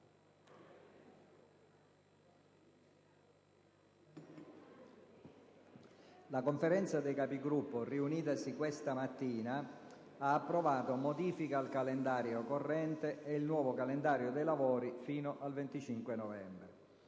La Conferenza dei Capigruppo, riunitasi questa mattina, ha approvato modifiche al calendario corrente e il nuovo calendario dei lavori fino al 25 novembre.